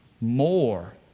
more